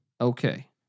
Okay